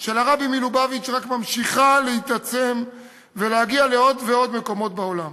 של הרבי מלובביץ' רק ממשיכה להתעצם ולהגיע לעוד ועוד מקומות בעולם.